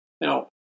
Now